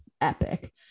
epic